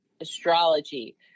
astrology